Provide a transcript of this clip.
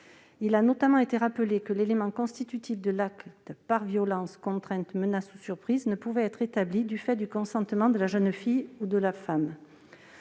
Il a notamment été rappelé que l'élément constitutif de l'acte par violence, contrainte, menace ou surprise, ne pouvait être établi, du fait du consentement de la jeune fille ou de la femme.